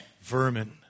vermin